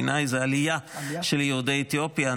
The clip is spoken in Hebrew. בעיניי זו עלייה של יהודי אתיופיה.